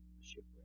shipwreck